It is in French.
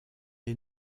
est